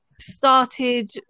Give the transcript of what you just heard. started